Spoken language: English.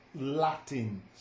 Latin